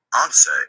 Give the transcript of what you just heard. Answer